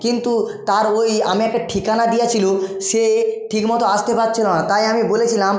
কিন্তু তার ওই আমি একটা ঠিকানা দেওয়া ছিল সে ঠিকমতো আসতে পারছিল না তাই আমি বলেছিলাম